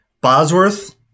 Bosworth